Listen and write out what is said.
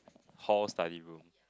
hall study room